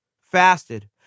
fasted